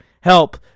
help